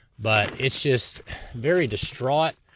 but it's just very distraught.